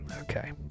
Okay